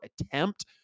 attempt